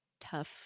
tough